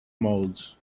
molds